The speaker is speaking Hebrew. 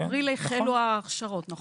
באפריל החלו ההכשרות, נכון?